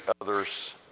others